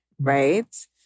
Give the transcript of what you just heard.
Right